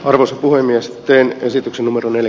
arvoisa puhemies teen esityksen numeron eli